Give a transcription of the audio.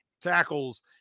tackles